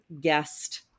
guest